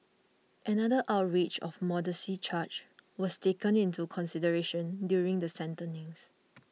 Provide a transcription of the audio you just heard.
another outrage of modesty charge was taken into consideration during sentencings